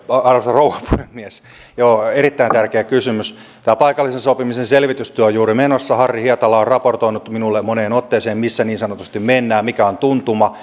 arvoisa rouva puhemies erittäin tärkeä kysymys tämä paikallisen sopimisen selvitystyö on juuri menossa harri hietala on on raportoinut minulle moneen otteeseen missä niin sanotusti mennään mikä on tuntuma